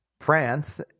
France